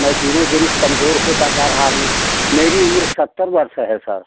मैं दिनों दिन कमजोर होता जा रहा हूँ मेरी उम्र सत्तर वर्ष है सर